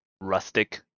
rustic